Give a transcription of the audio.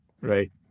right